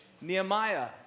Nehemiah